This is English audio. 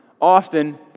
often